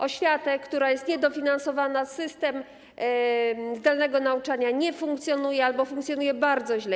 Oświatę, która jest niedofinansowana, system zdalnego nauczania nie funkcjonuje albo funkcjonuje bardzo źle.